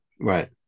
right